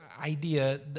idea